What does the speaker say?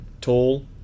tall